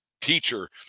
teacher